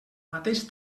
mateix